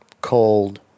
cold